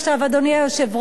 אדוני היושב-ראש,